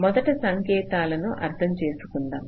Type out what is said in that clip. మొదట సంకేతాలను అర్థం చేసుకుందాం